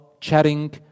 chatting